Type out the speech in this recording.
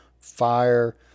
fire